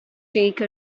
take